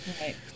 right